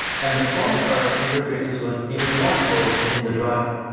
and the firmware interfaces with even more code in the driver.